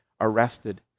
arrested